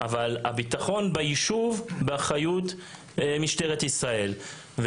אבל הביטחון ביישוב באחריות משטרת ישראל.